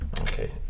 Okay